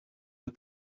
and